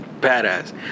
badass